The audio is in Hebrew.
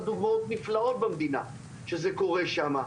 דוגמאות נפלאות במדינה שזה קורה שמה,